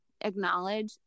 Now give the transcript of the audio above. acknowledge